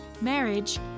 marriage